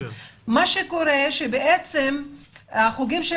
לגבי החוגים של המתנ"סים,